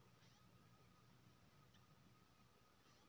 मूंगफली केना माटी में उपजायल जाय?